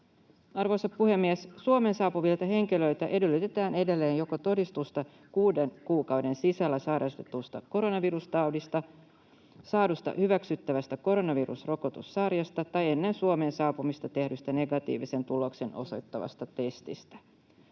Arvoisa puhemies! Suomeen saapuvilta henkilöiltä edellytetään edelleen joko todistusta kuuden kuukauden sisällä sairastetusta koronavirustaudista, saadusta hyväksyttävästä koronavirusrokotussarjasta tai ennen Suomeen saapumista tehdystä, negatiivisen tuloksen osoittavasta testistä.